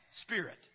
spirit